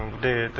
the